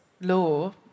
law